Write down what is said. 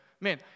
Man